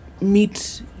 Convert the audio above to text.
meet